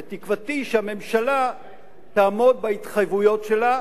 ותקוותי היא שהממשלה תעמוד בהתחייבויות שלה,